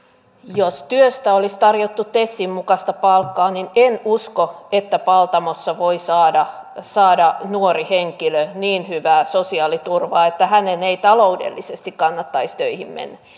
jos työstä olisi tarjottu tesin mukaista palkkaa niin en usko että paltamossa voi saada saada nuori henkilö niin hyvää sosiaaliturvaa että hänen ei taloudellisesti kannattaisi töihin mennä